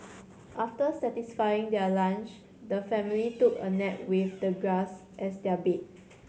after satisfying their lunch the family took a nap with the grass as their bed